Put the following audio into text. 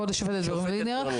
כבוד השופטת ברלינר,